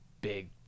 Big